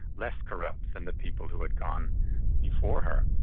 less corrupt than the people who had gone before her.